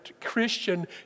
Christian